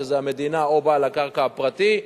שזה המדינה או בעל הקרקע הפרטי.